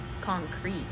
concrete